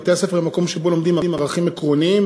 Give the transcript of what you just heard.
בתי-הספר הם מקום שבו לומדים ערכים עקרוניים,